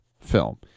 film